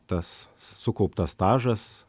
tas sukauptas stažas